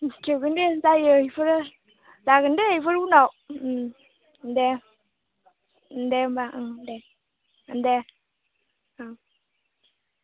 खेबगोन दे जायो बेफोरो जागोन दे बेफोर उनाव ओम दे ओम दे होमब्ला ओं दे ओं